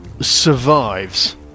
survives